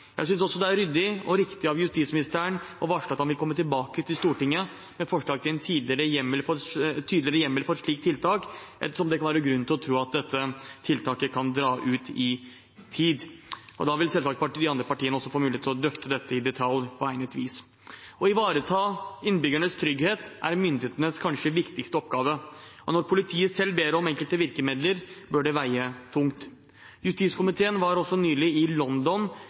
Jeg synes også det er ryddig – og riktig – av justisministeren å varsle at han vil komme tilbake til Stortinget med forslag til en tydeligere hjemmel for et slikt tiltak, ettersom det kan være grunn til å tro at dette tiltaket kan dra ut i tid. Da vil selvsagt de andre partiene også få mulighet til å drøfte dette i detalj på egnet vis. Å ivareta innbyggernes trygghet er myndighetenes kanskje viktigste oppgave, og når politiet selv ber om enkelte virkemidler, bør det veie tungt. Justiskomiteen var nylig i London